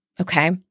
okay